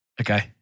Okay